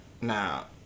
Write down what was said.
Now